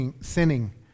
sinning